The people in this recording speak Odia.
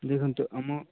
ଦେଖନ୍ତୁ ଆମ